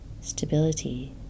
stability